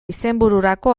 izenbururako